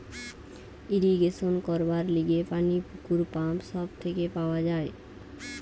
irrigation করবার লিগে পানি পুকুর, পাম্প সব থেকে পাওয়া যায়